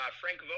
frank